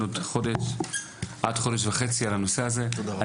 נוסף בנושא הזה בעוד חודש או חודש וחצי,